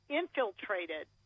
infiltrated